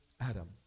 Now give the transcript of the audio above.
Adam